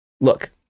Look